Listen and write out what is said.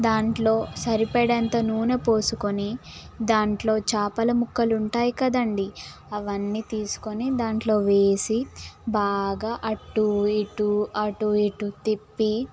దాంట్లో సరిపడేంత నూనె పోసుకొని దాంట్లో చేపల ముక్కలు ఉంటాయి కదండి అవన్నీ తీసుకొని దాంట్లో వేసి బాగా అటు ఇటు అటు ఇటు తిప్పి